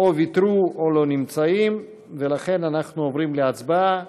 או ויתרו או לא נמצאים, ולכן אנחנו עוברים להצבעה.